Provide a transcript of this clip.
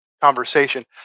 conversation